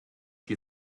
she